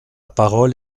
parole